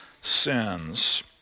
sins